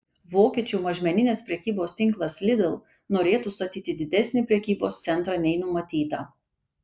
vokiečių mažmeninės prekybos tinklas lidl norėtų statyti didesnį prekybos centrą nei numatyta